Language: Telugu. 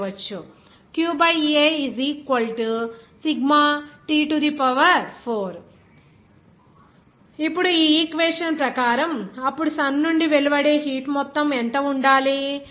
qA σ T4 ఇప్పుడు ఈ ఈక్వేషన్ ప్రకారం అప్పుడు సన్ నుండి వెలువడే హీట్ మొత్తం ఎంత ఉండాలి